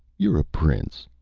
you're a prince.